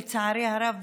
לצערי הרב,